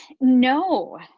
no